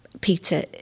Peter